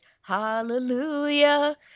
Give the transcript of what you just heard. Hallelujah